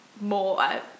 more